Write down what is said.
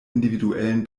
individuellen